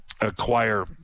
acquire